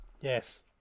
Yes